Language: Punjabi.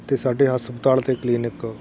ਅਤੇ ਸਾਡੇ ਹਸਪਤਾਲ ਅਤੇ ਕਲੀਨਿਕ